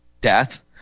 death